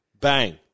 bang